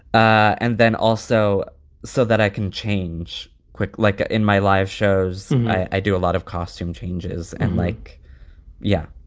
and then also so that i can change quick like in my live shows, i do a lot of costume changes and like yeah.